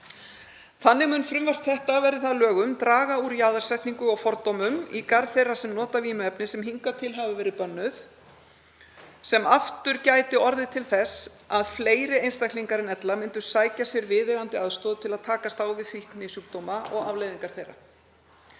Þannig mun frumvarp þetta, verði það að lögum, draga úr jaðarsetningu og fordómum í garð þeirra sem nota vímuefni sem hingað til hafa verið bönnuð, sem aftur gæti orðið til þess að fleiri einstaklingar en ella myndu sækja sér viðeigandi aðstoð til að takast á við fíknisjúkdóma og afleiðingar þeirra.